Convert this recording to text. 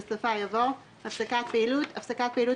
בסופה יבוא: "הפסקת פעילות" הפסקת פעילות